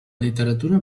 literatura